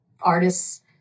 artists